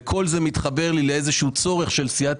וכל זה מתחבר לי לאיזה צורך של סיעת